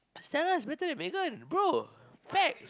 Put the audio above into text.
Stella is better than Megan bro facts